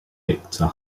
viktor